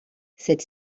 cette